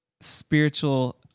spiritual